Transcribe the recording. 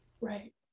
Right